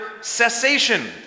cessation